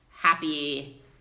happy